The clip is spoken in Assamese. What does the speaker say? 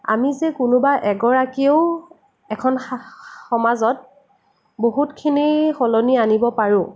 আমি যে কোনোবা এগৰাকীয়েও এখন সমাজত বহুতখিনি সলনি আনিব পাৰোঁ